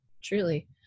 Truly